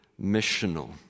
missional